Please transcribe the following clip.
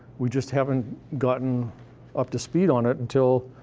we just haven't gotten up to speed on it until.